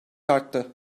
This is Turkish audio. arttı